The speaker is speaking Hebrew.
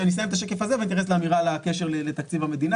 אני אסיים את השקף הזה ואני אתייחס לאמירה לקשר לתקציב המדינה